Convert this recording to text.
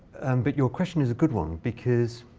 but your question is a good one, because